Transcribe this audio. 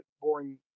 Boring